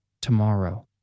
Tomorrow